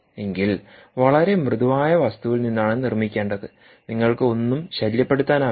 എങ്കിൽ വളരെ മൃദുവായ വസ്തുവിൽ നിന്നാണ് നിർമ്മിക്കേണ്ടത് നിങ്ങൾക്ക് ഒന്നും ശല്യപ്പെടുത്താനാവില്ല